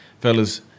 fellas